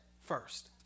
first